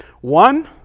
One